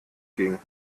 ging